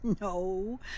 No